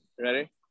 Ready